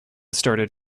started